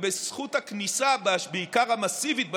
ובזכות הכניסה המסיבית,